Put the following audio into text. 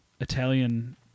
Italian